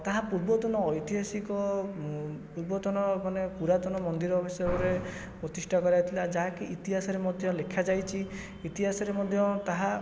ତାହା ପୂର୍ବତନ ଐତିହାସିକ ପୂର୍ବତନ ମାନେ ପୁରାତନମନ୍ଦିର ବିଷୟରେ ପ୍ରତିଷ୍ଠା କରାଯାଇଥିଲା ଯାହାକି ଇତିହାସରେ ମଧ୍ୟ ଲେଖା ଯାଇଛି ଇତିହାସରେ ମଧ୍ୟ ତାହା